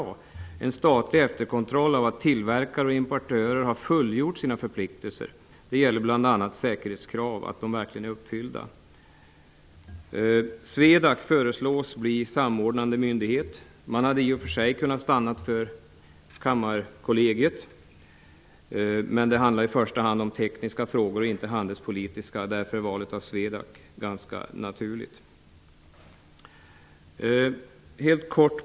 Det är en statlig efterkontroll av att tillverkare och importörer har fullgjort sina förpliktelser. Det gäller bl.a. att säkerhetskrav verkligen är uppfyllda. SWEDAC föreslås bli samordnande myndighet. Man hade i och för sig kunnat stanna för Kammarkollegiet, men det handlar i första hand om tekniska frågor och inte om handelspolitiska. Därför är valet av SWEDAC ganska naturligt.